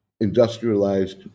industrialized